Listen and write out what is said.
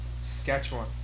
Saskatchewan